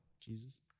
Jesus